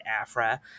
Afra